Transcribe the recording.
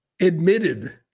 admitted